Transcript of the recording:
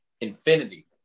Infinity